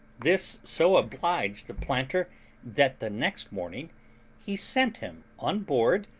this so obliged the planter that the next morning he sent him on board,